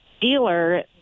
dealer